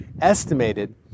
estimated